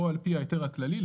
כשאתה אומר "כחלק מההיתר הכללי",